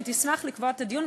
ותשמח לקבוע את הדיון.